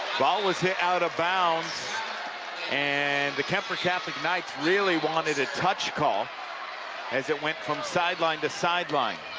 ball was hit out of bounds and the kuemper catholic knightsreally wanted a touch call as it went from sideline to sideline.